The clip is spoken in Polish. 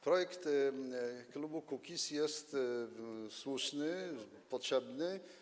Projekt klubu Kukiz’15 jest słuszny, potrzebny.